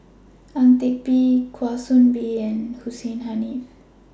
Ang Teck Bee Kwa Soon Bee and Hussein Haniff